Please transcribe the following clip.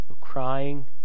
crying